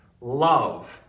love